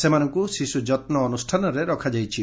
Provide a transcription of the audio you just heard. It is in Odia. ସେମାନଙ୍କୁ ଶିଶୁ ଯତୁ ଅନୁଷାନରେ ରଖାଯାଇଛି